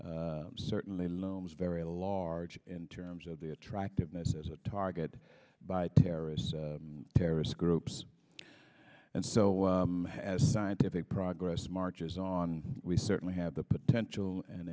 certainly lomas very large in terms of the attractiveness as a target by terrorists terrorist groups so as scientific progress marches on we certainly have the potential and